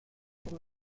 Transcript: from